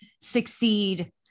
succeed